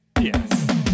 yes